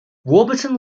warburton